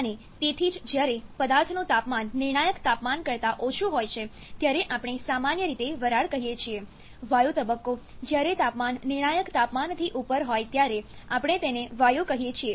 અને તેથી જ જ્યારે પદાર્થનું તાપમાન નિર્ણાયક તાપમાન કરતા ઓછું હોય છે ત્યારે આપણે સામાન્ય રીતે વરાળ કહીએ છીએ વાયુ તબક્કો જ્યારે તાપમાન નિર્ણાયક તાપમાનથી ઉપર હોય ત્યારે આપણે તેને વાયુ કહીએ છીએ